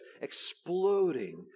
exploding